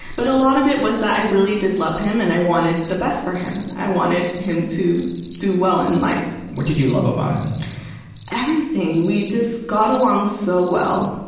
but a lot of it was that i really did love him and i wanted the best for him. i wanted him to do well in life. what did you love about him? n everything. we just got along so well.